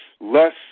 less